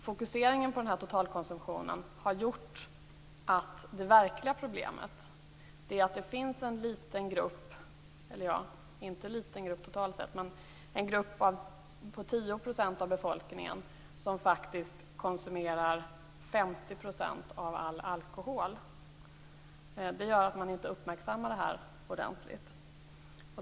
Fokuseringen på denna totalkonsumtion har gjort att det verkliga problemet - att det finns en grupp på 10 % av befolkningen som faktiskt konsumerar 50 % av all alkohol - inte uppmärksammas ordentligt.